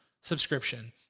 subscription